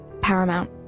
paramount